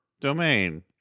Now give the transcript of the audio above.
domain